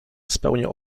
spełniał